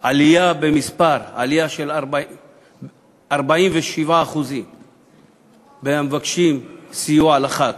עלייה של 47% במספר המבקשים סיוע לחג.